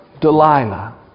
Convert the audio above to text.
Delilah